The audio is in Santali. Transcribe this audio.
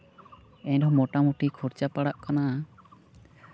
ᱮᱱᱨᱮᱦᱚᱸ ᱢᱳᱴᱟᱢᱩᱴᱤ ᱠᱷᱚᱨᱪᱟ ᱯᱟᱲᱟᱜ ᱠᱟᱱᱟ